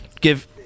give